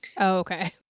okay